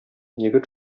егет